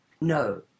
No